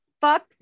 fuck